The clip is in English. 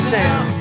town